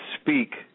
speak